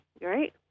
right